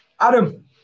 Adam